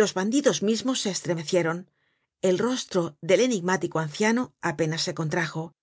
los bandidos mismos se estremecieron el rostro del enigmático anciano apenas se contrajo y